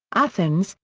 athens,